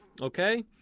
okay